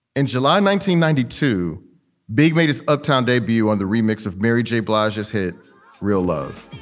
in july, nineteen ninety two big made his uptown debut on the remix of mary j. blige has hit real love.